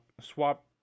swap